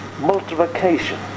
multiplication